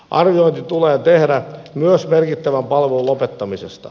arviointi tulee tehdä myös merkittävän palvelun lopettamisesta